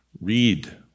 Read